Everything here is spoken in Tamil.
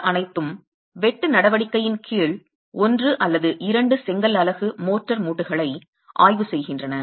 மற்ற அனைத்தும் வெட்டு நடவடிக்கையின் கீழ் ஒன்று அல்லது இரண்டு செங்கல் அலகு மோர்ட்டார் மூட்டுகளை ஆய்வு செய்கின்றன